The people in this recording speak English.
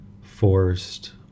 forced